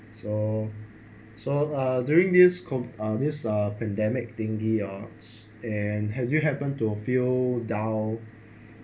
so so uh during this cov~ uh this uh this pandemic thingy hor and have you happen to feel down